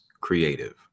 creative